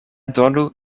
donu